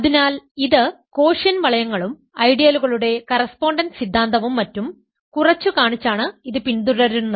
അതിനാൽ ഇത് കോഷ്യന്റ് വളയങ്ങളും ഐഡിയലുകളുടെ കറസ്പോണ്ടൻസ് സിദ്ധാന്തവും മറ്റും കുറച്ചുകാണിച്ചാണ് ഇത് പിന്തുടരുന്നത്